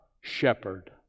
Shepherd